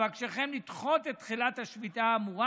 אבקשכם לדחות את תחילת השביתה האמורה